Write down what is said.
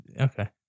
okay